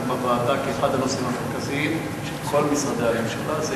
כאחד הנושאים המרכזיים של כל משרדי הממשלה.